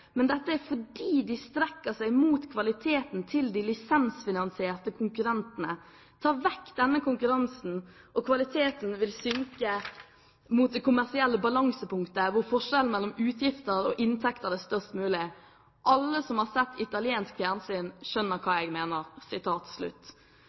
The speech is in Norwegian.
men det er fordi de strekker seg mot kvaliteten til de lisensfinansierte konkurrentene. Ta vekk denne konkurransen, og kvaliteten vil synke mot det kommersielle balansepunktet hvor forskjellen mellom utgifter og inntekter er størst mulig. Alle som har sett italiensk fjernsyn,